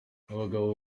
abagabo